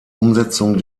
umsetzung